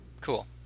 Cool